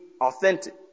authentic